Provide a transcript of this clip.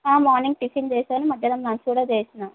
morning tiffin చేశాను మధ్యాహ్నం lunch కూడా చేసినా